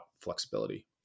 flexibility